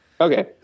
Okay